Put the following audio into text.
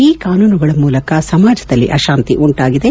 ಈ ಕಾನೂನುಗಳ ಮೂಲಕ ಸಮಾಜದಲ್ಲಿ ಆಶಾಂತಿ ಉಂಟಾಗಿದೆ